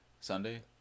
Sunday